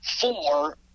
four